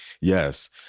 Yes